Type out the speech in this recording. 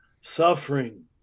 suffering